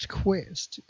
quest